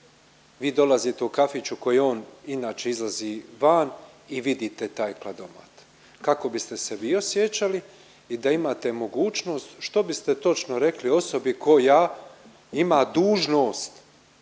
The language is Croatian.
vi dolazite u kafić u koji on inače izlazi van i vidite taj kladomat. Kako biste ste se vi osjećali i da imate mogućnost što biste točno rekli osobi koja ima dužnost